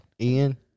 Ian